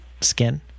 skin